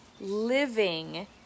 living